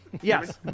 Yes